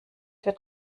wird